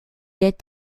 est